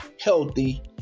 healthy